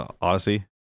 odyssey